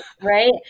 Right